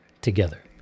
together